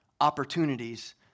opportunities